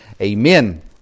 Amen